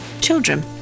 children